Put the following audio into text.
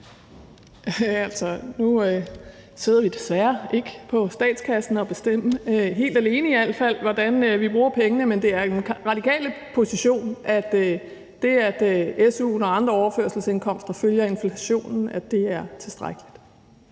Nu sidder vi desværre ikke på statskassen og kan bestemme helt alene, hvordan vi bruger pengene, men det er den radikale position, at det, at su'en og andre overførselsindkomster følger inflationen, er tilstrækkeligt.